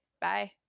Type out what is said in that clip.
bye